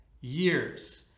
years